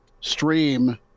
stream